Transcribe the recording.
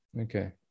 okay